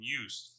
use